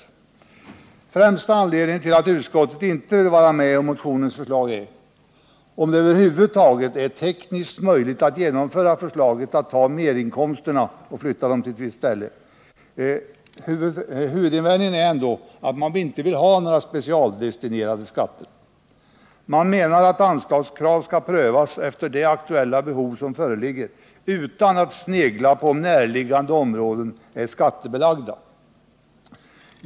Den främsta anledningen till att utskottet inte vill vara med om motionens förslag är — om det över huvud taget är tekniskt möjligt att genomföra förslaget att ta merinkomsterna och flytta dem till ett visst ändamål — att man inte vill ha några specialdestinerade skatter. Utskottet menar att anslagskrav skall prövas efter det aktuella behov som föreligger, utan att man sneglar på om närliggande områden är skattebelagda.